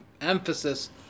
Emphasis